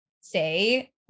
say